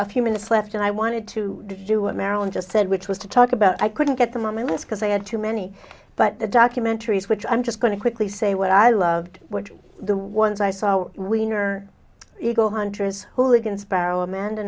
a few minutes left and i wanted to do what marilyn just said which was to talk about i couldn't get the moment because i had too many but the documentaries which i'm just going to quickly say what i loved the ones i saw wiener you go huntress hooligan spiral amanda